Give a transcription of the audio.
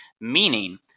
Meaning